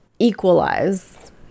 equalize